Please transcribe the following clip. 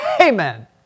Amen